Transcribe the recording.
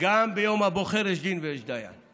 גם ביום הבוחר יש דין ויש דיין.